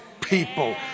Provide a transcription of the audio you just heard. people